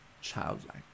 childlike